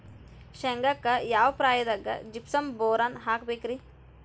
ಶೇಂಗಾಕ್ಕ ಯಾವ ಪ್ರಾಯದಾಗ ಜಿಪ್ಸಂ ಬೋರಾನ್ ಹಾಕಬೇಕ ರಿ?